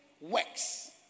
works